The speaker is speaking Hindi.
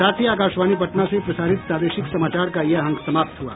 इसके साथ ही आकाशवाणी पटना से प्रसारित प्रादेशिक समाचार का ये अंक समाप्त हुआ